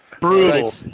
Brutal